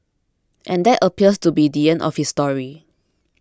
and that appears to be the end of his story